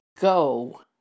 Go